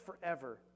forever